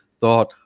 thought